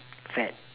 fat